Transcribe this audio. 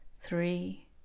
three